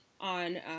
on